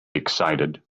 excited